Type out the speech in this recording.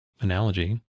analogy